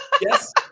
Yes